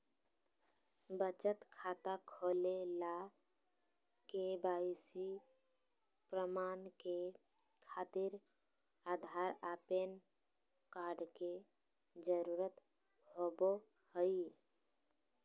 बचत खाता खोले ला के.वाइ.सी प्रमाण के खातिर आधार आ पैन कार्ड के जरुरत होबो हइ